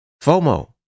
FOMO